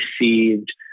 received